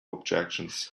objections